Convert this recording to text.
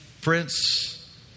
Prince